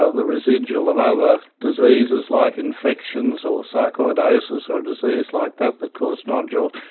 ah the residual of other diseases like infections or sarcoidosis or a disease like that that cause nodules,